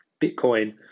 Bitcoin